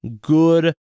good